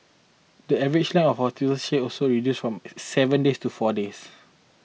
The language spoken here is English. the average length of hospital stay also reduced from a seven days to four days